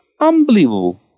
unbelievable